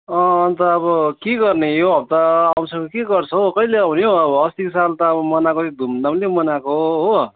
अँ अन्त अब के गर्ने यो हप्ता आउँछौ कि के गर्छौँ हो कहिले आउने हो अब अस्तिको साल त मनाएको धुमधामले मनाएको हो